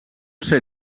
ser